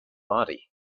body